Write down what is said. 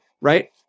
right